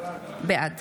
בעד